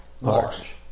Large